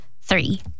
three